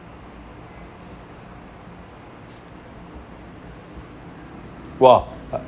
!wow!